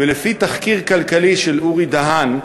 ולפי תחקיר כלכלי של אורי דהן,